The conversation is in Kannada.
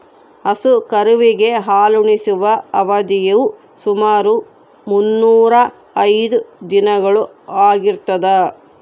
ಹಸು ಕರುವಿಗೆ ಹಾಲುಣಿಸುವ ಅವಧಿಯು ಸುಮಾರು ಮುನ್ನೂರಾ ಐದು ದಿನಗಳು ಆಗಿರ್ತದ